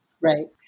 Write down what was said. Right